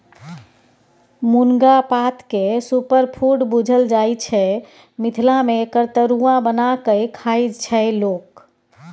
मुनगा पातकेँ सुपरफुड बुझल जाइ छै मिथिला मे एकर तरुआ बना कए खाइ छै लोक